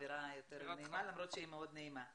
אני אהיה מאוד קצרה.